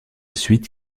suite